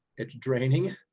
it's draining.